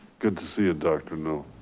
good to see a doctor now.